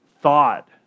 thought